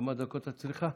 כמה דקות את צריכה?